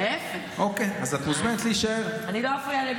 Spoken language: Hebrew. אני לא אפריע.